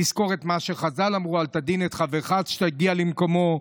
לזכור את מה שחז"ל אמרו: "אל תדין את חברך עד שתגיע למקומו",